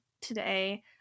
today